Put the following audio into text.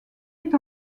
est